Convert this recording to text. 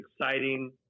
exciting